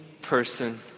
Person